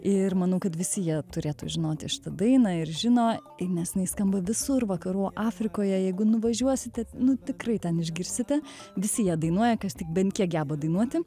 ir manau kad visi jie turėtų žinoti šitą dainą ir žino nes jinai skamba visur vakarų afrikoje jeigu nuvažiuosite nu tikrai ten išgirsite visi jie dainuoja kas tik bent kiek geba dainuoti